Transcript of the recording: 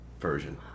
version